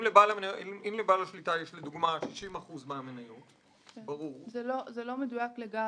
אם לבעל השליטה יש 60% מהמניות -- זה לא מדויק לגמרי.